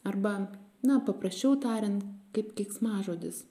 arba na paprasčiau tariant kaip keiksmažodis